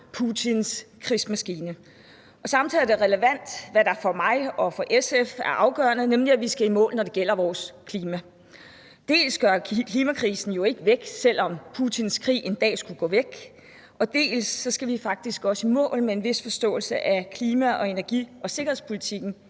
Putins krigsmaskine. Samtidig er det relevant, hvad der for mig og for SF er afgørende, nemlig at vi skal i mål, når det gælder vores klima. Dels går klimakrisen jo ikke væk, selv om Putins krig en dag skulle gå væk, dels skal vi faktisk også i mål med en vis forståelse af, at klima- og energi- og sikkerhedspolitikken